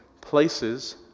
places